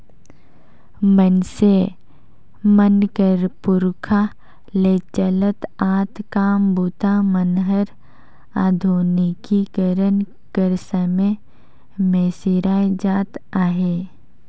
मइनसे मन कर पुरखा ले चलत आत काम बूता मन हर आधुनिकीकरन कर समे मे सिराए जात अहे